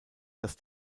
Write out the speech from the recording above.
dass